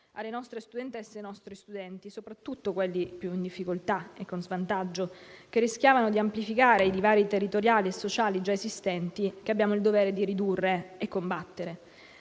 alle nostre studentesse e ai nostri studenti, soprattutto quelli più in difficoltà e con svantaggio, che rischiavano di amplificare i divari territoriali e sociali già esistenti che abbiamo il dovere di ridurre e combattere.